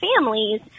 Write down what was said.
families